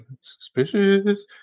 Suspicious